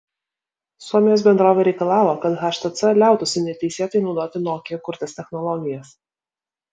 suomijos bendrovė reikalavo kad htc liautųsi neteisėtai naudoti nokia kurtas technologijas